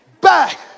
back